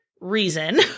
reason